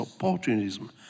opportunism